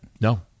No